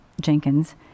Jenkins